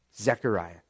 Zechariah